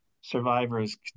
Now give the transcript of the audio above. survivors